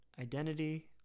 identity